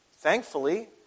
thankfully